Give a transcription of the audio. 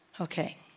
Okay